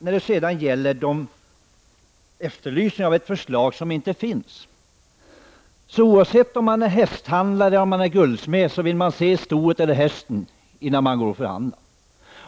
Man efterlyser ett förslag som inte finns. Om man är hästhandlare vill man ju faktiskt se hästen innan man börjar förhandla.